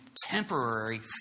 temporary